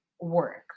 work